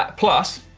plus,